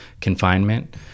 confinement